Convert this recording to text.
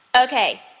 Okay